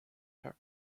her